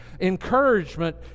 Encouragement